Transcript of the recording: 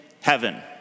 heaven